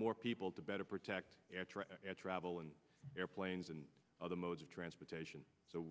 more people to better protect travel and airplanes and other modes of transportation so